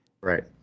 Right